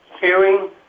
hearing